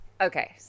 okay